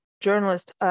journalist